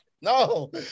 No